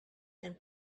and